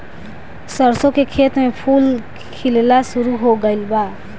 सरसों के खेत में फूल खिलना शुरू हो गइल बा